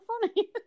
funny